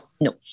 no